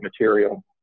material